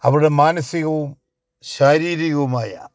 അവരുടെ മാനസികവും ശാരീരികവുമായ